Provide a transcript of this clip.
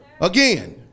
again